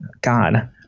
God